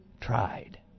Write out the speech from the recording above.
Tried